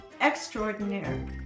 extraordinaire